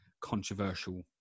controversial